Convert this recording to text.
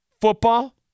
football